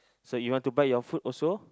so you want to buy your food also